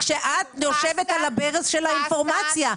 כשאת יושבת על הברז של האינפורמציה?